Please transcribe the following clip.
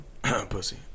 Pussy